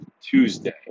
Tuesday